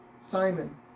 Simon